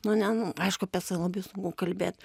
nu ne nu aišku apie save labai sunku kalbėt